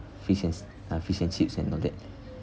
fish and s~ uh fish and chips and all that